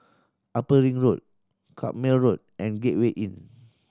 Upper Ring Road Carpmael Road and Gateway Inn